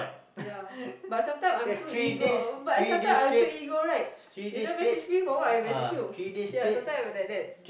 ya but sometime I'm too ego but sometime I'm too ego right you don't message me for what I messages you see ah sometime I'm like that